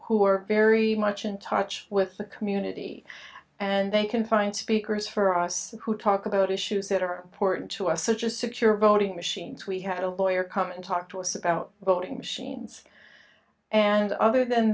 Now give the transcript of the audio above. who are very much in touch with the community and they can find speakers for us who talk about issues that are important to us such a secure voting machines we had a lawyer come and talk to us about voting machines and other than